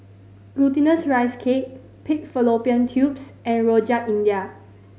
Glutinous Rice Cake pig fallopian tubes and Rojak India